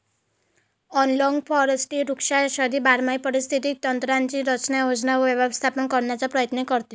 analogue forestry वृक्षाच्छादित बारमाही पारिस्थितिक तंत्रांची रचना, योजना व व्यवस्थापन करण्याचा प्रयत्न करते